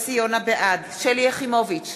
בעד שלי יחימוביץ,